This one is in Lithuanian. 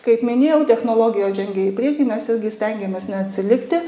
kaip minėjau technologijos žengia į priekį mes irgi stengiamės neatsilikti